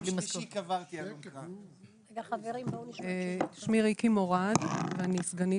קודם כל חיבוק